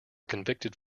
convicted